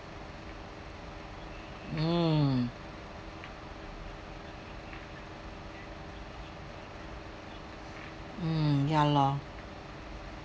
mm mm ya lor